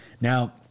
now